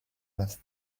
was